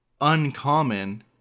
uncommon